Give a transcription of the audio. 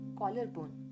collarbone